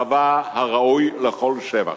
צבא הראוי לכל שבח.